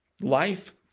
Life